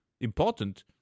important